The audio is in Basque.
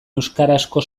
euskarazko